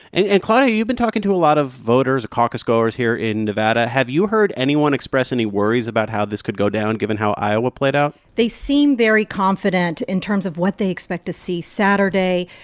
and and, claudia, you've been talking to a lot of voters, caucusgoers here in nevada. have you heard anyone express any worries about how this could go down, given how iowa played out? they seem very confident in terms of what they expect to see saturday.